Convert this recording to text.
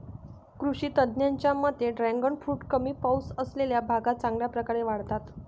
कृषी तज्ज्ञांच्या मते ड्रॅगन फ्रूट कमी पाऊस असलेल्या भागात चांगल्या प्रकारे वाढतात